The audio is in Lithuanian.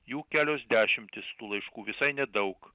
jų kelios dešimtys tų laiškų visai nedaug